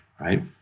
right